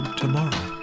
tomorrow